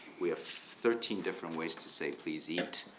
we have thirteen different ways to say please eat.